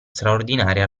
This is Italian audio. straordinaria